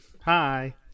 hi